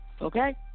Okay